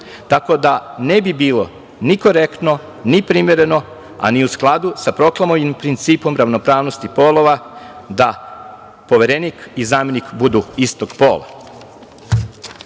tako da ne bi bilo ni korektno, ni primereno, a ni u skladu sa proklamovanim principom ravnopravnosti polova da Poverenik i zamenik budu istog pola. Na